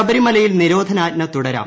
ശബരിമലയിൽ നിരോധനാജ്ഞ തുടരാം